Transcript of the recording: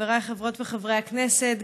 חבריי חברות וחברי הכנסת,